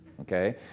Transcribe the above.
okay